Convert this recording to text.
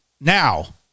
now